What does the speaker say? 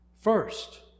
first